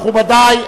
מכובדי,